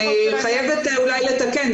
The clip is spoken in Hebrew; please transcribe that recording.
אני חייבת לתקן,